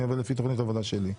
אני עובד לפי תוכנית עבודה שלי,